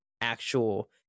actual